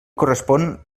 correspon